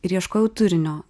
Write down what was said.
ir ieškojau turinio